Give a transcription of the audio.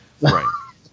Right